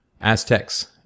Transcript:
Aztecs